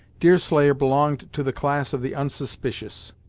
deerslayer belonged to the class of the unsuspicious,